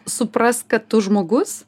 supras kad tu žmogus